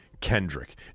Kendrick